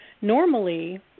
normally